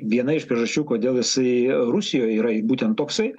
viena iš priežasčių kodėl jisai rusijoje yra būtent toksai